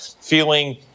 Feeling